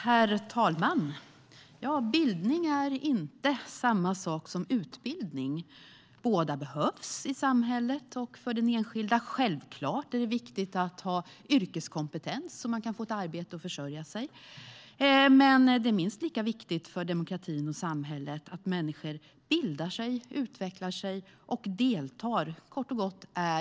Herr talman! Bildning är inte samma sak som utbildning. Båda behövs i samhället och för den enskilde. Självklart är det viktigt att ha yrkeskompetens så att man kan få ett arbete och försörja sig. Men det är minst lika viktigt för demokratin och samhället att människor bildar sig, utvecklas och deltar, att de kort och gott är medborgare.